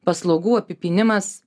paslaugų apipynimas